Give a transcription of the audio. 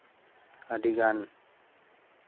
ᱟᱹᱰᱤ ᱜᱟᱱ